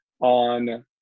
on